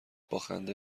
باخنده